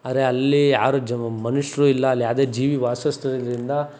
ಆದ್ರೆ ಅಲ್ಲಿ ಯಾರು ಜ ಮನುಷ್ಯರು ಇಲ್ಲ ಅಲ್ಲಿ ಯಾವುದೇ ಜೀವಿ ವಾಸಿಸ್ತು